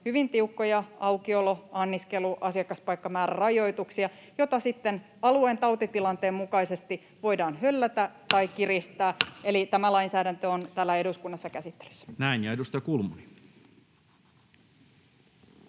hyvin tiukkoja aukiolo-, anniskelu- ja asiakaspaikkamäärärajoituksia, joita sitten alueen tautitilanteen mukaisesti voidaan höllätä tai kiristää. Tämä lainsäädäntö on täällä eduskunnassa käsittelyssä. [Speech 49]